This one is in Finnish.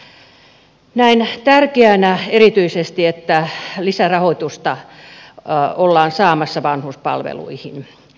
näen tärkeänä erityisesti sen että lisärahoitusta ollaan saamassa vanhuspalveluihin